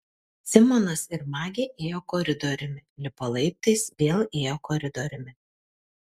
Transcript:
simonas ir magė ėjo koridoriumi lipo laiptais vėl ėjo koridoriumi